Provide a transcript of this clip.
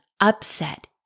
upset